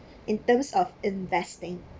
in terms of investing